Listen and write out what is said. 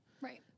Right